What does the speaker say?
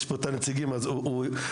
יש פה את הנציגים, אז הם יפרטו.